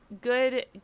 good